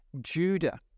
Judah